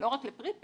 לא רק ל"פרי פייד".